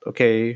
Okay